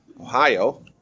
Ohio